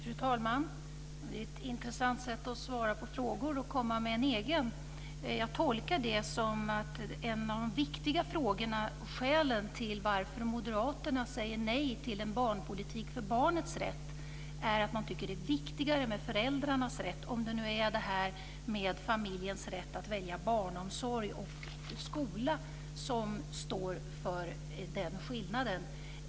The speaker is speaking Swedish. Fru talman! Det är ett intressant sätt att svara på frågor att komma med en egen. Jag tolkar det så att svaret på en av de viktiga frågorna, nämligen skälen till varför Moderaterna säger nej till en barnpolitik för barnets rätt, är att man tycker att det är viktigare med föräldrarnas rätt, om det nu är familjens rätt att välja barnomsorg och skola som står för den skillnaden.